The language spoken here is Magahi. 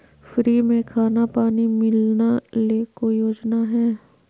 फ्री में खाना पानी मिलना ले कोइ योजना हय?